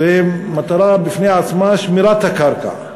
זו מטרה בפני עצמה: שמירת הקרקע.